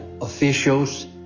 officials